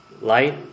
Light